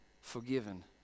forgiven